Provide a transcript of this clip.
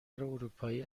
اروپایی